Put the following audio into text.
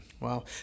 Wow